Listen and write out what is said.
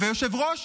ויושב-ראש